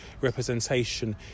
representation